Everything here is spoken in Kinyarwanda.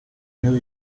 ntebe